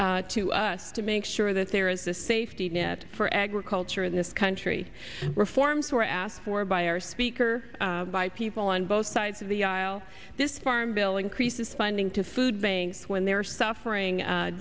to us to make sure that there is a safety net for agriculture in this country reforms were asked for by our speaker by people on both sides of the aisle this farm bill increases funding to food banks when they are suffering